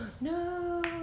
No